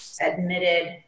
admitted